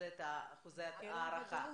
זה אי-ודאות.